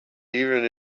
even